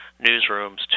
newsrooms